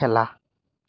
খেলা